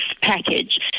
package